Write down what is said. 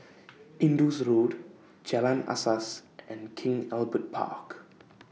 Indus Road Jalan Asas and King Albert Park